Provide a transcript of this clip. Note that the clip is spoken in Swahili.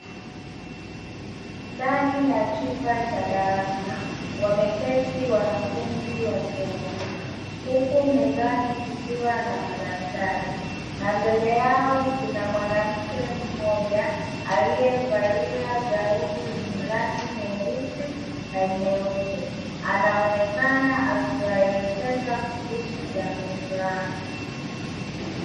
Ndani ya chumba cha darasa wameketi wanafunzi watu wazima huku mezani kukiwa na madaftari, na mbele yao kuna mwanamke mmoja aliyevalia gauni lenye rangi nyeusi na nyeupe; anaonekana akiwaelekeza kuhusu jambo fulani.